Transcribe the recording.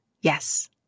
Yes